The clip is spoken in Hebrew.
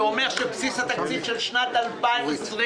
זה אומר שבסיס התקציב של שנת 2020,